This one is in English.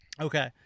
Okay